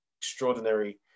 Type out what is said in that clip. extraordinary